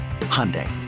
Hyundai